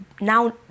now